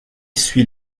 suit